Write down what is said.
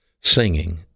singing